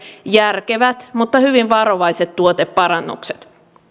järkevät mutta hyvin varovaiset tuoteparannukset